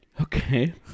Okay